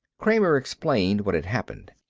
kramer explained what had happened.